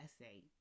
essay